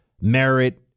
Merit